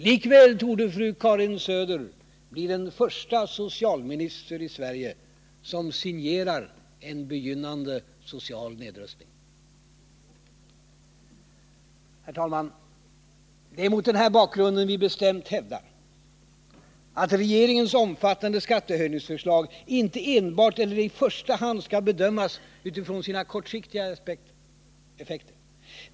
Likväl torde fru Karin Söder bli den första socialminister i Sverige som signerar en begynnande social nedrustning. Herr talman! Det är mot den här bakgrunden vi bestämt hävdar att regeringens omfattande skattehöjningsförslag inte enbart eller i första hand skall bedömas utifrån sina kortsiktiga effekter.